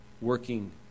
working